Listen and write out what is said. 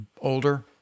older